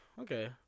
okay